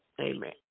Amen